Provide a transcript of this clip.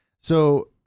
So-